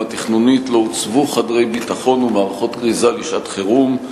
התכנונית לא הוצבו חדרי ביטחון ומערכות כריזה לשעת-חירום.